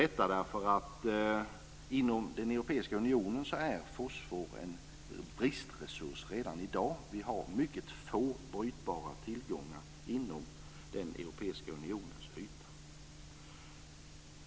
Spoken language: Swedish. Detta därför att inom den europeiska unionen är fosfor en bristresurs redan i dag. Vi har mycket få brytbara tillgångar inom den europeiska unionens yta.